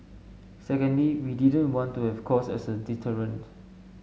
secondly we didn't want to have cost as a deterrent